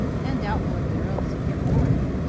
and doubtful of their own superiority,